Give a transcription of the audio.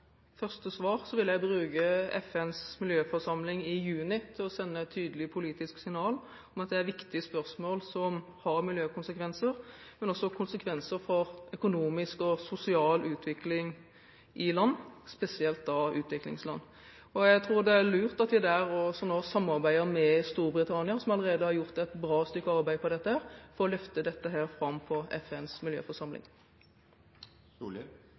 juni til å sende et tydelig politisk signal om at dette er et viktig spørsmål som har miljøkonsekvenser, men også konsekvenser for økonomisk og sosial utvikling i land, spesielt i utviklingsland. Jeg tror det er lurt at vi samarbeider med Storbritannia, som allerede har gjort et bra stykke arbeid med dette, for å løfte det fram på FNs